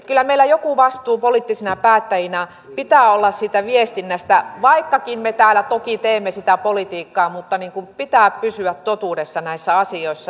kyllä meillä joku vastuu poliittisina päättäjinä pitää olla siitä viestinnästä vaikkakin me täällä toki teemme sitä politiikkaa mutta pitää pysyä totuudessa näissä asioissa